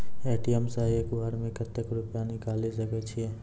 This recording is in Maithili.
ए.टी.एम सऽ एक बार म कत्तेक रुपिया निकालि सकै छियै?